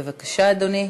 בבקשה, אדוני.